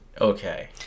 okay